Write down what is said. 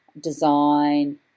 design